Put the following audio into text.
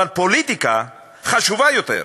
אבל פוליטיקה חשובה יותר.